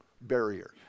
barrier